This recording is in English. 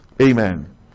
Amen